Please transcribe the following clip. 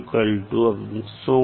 x